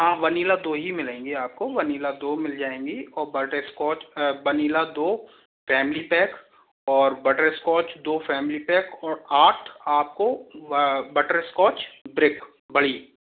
हाँ वनीला दो ही मिलेंगे आपको वनीला दो मिल जाएँगी और बटरस्कॉच वनीला दो फ़ैमिली पैक और बटरस्कॉच दो फ़ैमिली पैक और आठ आपको बटरस्कॉच ब्रिक बड़ी